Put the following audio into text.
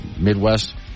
Midwest